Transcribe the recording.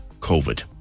Covid